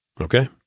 Okay